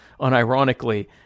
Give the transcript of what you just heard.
unironically